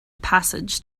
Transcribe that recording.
passage